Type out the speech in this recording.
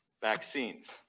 vaccines